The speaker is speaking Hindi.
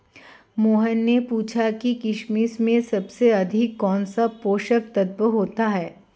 मोहन ने पूछा कि किशमिश में सबसे अधिक कौन सा पोषक तत्व होता है?